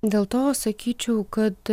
dėl to sakyčiau kad